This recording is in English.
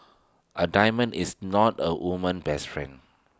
A diamond is not A woman's best friend